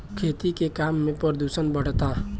खेती के काम में प्रदूषण बढ़ता